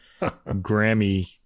Grammy